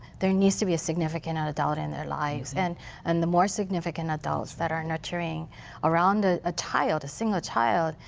there needs to be a significant and adult in their lives. and and the more significant adults that are nurturing around a ah child, single child,